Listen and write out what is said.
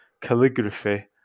calligraphy